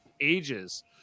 ages